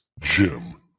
Jim